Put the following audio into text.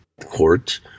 court